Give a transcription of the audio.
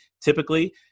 typically